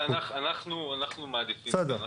אנחנו מעדיפים את זה.